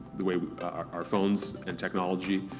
the way our phones and technology,